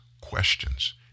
questions